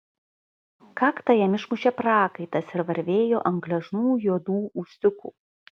kaktą jam išmušė prakaitas ir varvėjo ant gležnų juodų ūsiukų